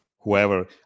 whoever